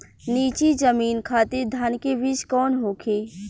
नीची जमीन खातिर धान के बीज कौन होखे?